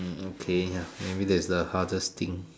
hmm okay ya maybe that's the hardest thing